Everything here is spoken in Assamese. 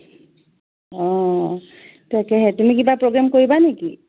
অ' তাকেহে তুমি কিবা প্ৰগ্ৰেম কৰিবা নেকি